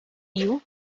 you